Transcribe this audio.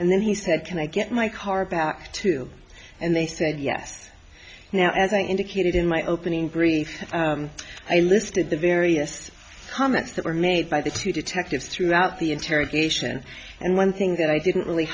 and then he said can i get my car back too and they said yes now as i indicated in my opening brief i listed the various comments that were made by the two detectives throughout the interrogation and one thing that i didn't really